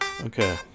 Okay